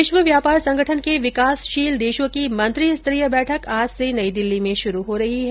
विश्व व्यापार संगठन के विकासशील देशों की मंत्रिस्तरीय बैठक आज से नई दिल्ली में शुरू हो रही है